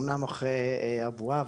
אומנם אחרי הבועה,